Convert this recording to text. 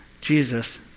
Jesus